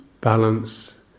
balance